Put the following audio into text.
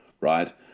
right